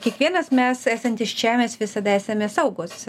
kiekvienas mes esantis čia mes visada esame saugūs